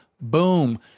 Boom